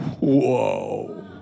Whoa